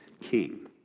king